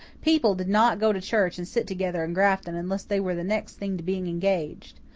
people did not go to church and sit together in grafton unless they were the next thing to being engaged.